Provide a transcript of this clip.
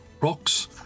rocks